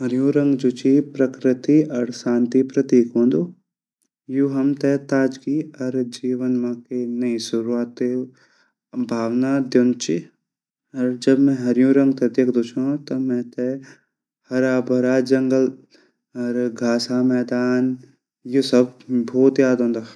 हरु रंग जु ची प्रकृति अर शांति प्रतीक वोंदु यु हमते ताज़गी अर जीवन मा नयी सुरवाते भावना दयोन्दू ची अर जब मैं हरयु रंग ते देख्दु छों तब मेते हरा-भरा जंगल अर घासा मैदान यु सब भोत याद औंदा।